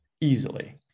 easily